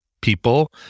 people